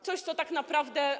Coś, co tak naprawdę.